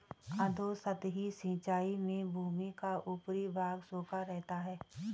अधोसतही सिंचाई में भूमि का ऊपरी भाग सूखा रहता है